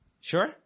Sure